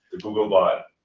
googlebot